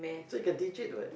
so you can teach it what